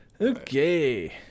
Okay